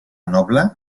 noble